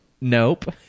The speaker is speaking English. nope